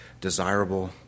desirable